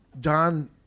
Don